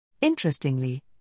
Interestingly